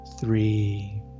three